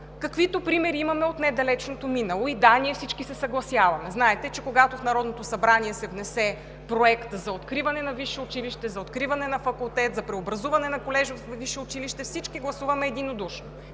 каквито примери имаме от недалечното минало. И, да, ние всички се съгласяваме. Знаете, че когато в Народното събрание се внесе проект за откриване на висше училище, за откриване на факултет, за преобразуване на колеж във висше училище, всички гласуваме единодушно.